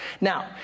Now